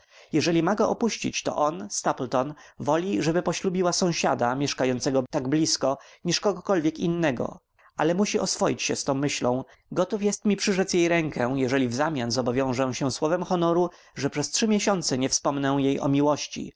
jeżeli ma go opuścić to on stapleton woli żeby poślubiła sąsiada mieszkającego tak blizko niż kogokolwiek innego ale musi oswoić się z tą myślą gotów jest mi przyrzec jej rękę jeżeli wzamian zobowiążę się słowem honoru że przez trzy miesiące nie wspomnę jej o miłości